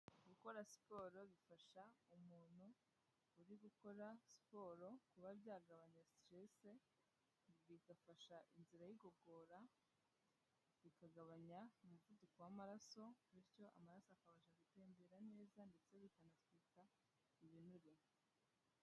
Gukora siporo bifasha umuntu uri gukora siporo kuba byagabanya stress, bigafasha inzira y'igogora, bikagabanya umuvuduko w'amaraso bityo amaraso akabasha gutembera neza ndetse bikanatwika ibinure.